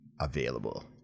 available